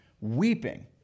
weeping